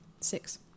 Six